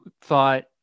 thought